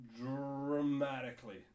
dramatically